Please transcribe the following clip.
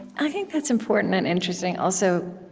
i think that's important and interesting, also,